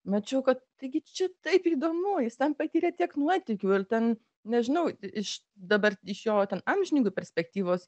mačiau kad taigi čia taip įdomu jis ten patyrė tiek nuotykių ir ten nežinau iš dabar iš jo ten amžininkų perspektyvos